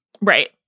Right